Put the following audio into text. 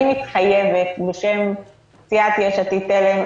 אני מתחייבת בשם סיעת יש עתיד-תל"ם,